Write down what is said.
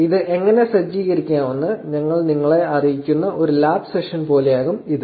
ഇത് എങ്ങനെ സജ്ജീകരിക്കാമെന്ന് ഞങ്ങൾ നിങ്ങളെ അറിയിക്കുന്ന ഒരു ലാബ് സെഷൻ പോലെയാകും ഇത്